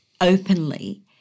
openly